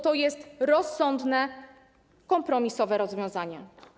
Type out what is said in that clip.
To jest rozsądne, kompromisowe rozwiązanie.